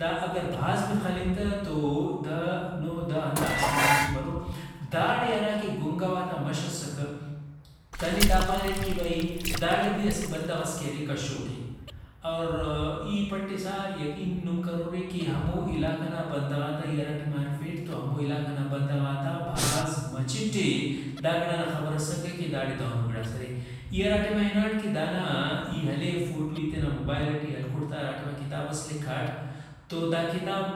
دا اگر بھاز بھی خلین تہ تو دا نُہہ دہ ہنداخس کلو میٹر مرو داڑے ہراکہ گُنگَواتا مش اسکہ کنے دا پاریر کہ بھئی داڑے بھی اسہ بندغس کہ ارے کشوکے اور ای پٹسا یقین نم کرورے کہ ہمو علاقہ نا بندغاتا ای ہراٹائما ہرفیٹ تو ہمو علاقہ نا بندغاتا بھاز مچٹے دا گڑانا خبر اسکہ کہ داڑے دہنو گڑاس ارے۔ ای ہراٹائما ہناٹ کہ دانا ای ہلیو فوٹوئے تینا موبائیل ٹی ہلکُٹ تہ ہرا ٹائما کتابس لکھاٹ تو دا کتاب